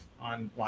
on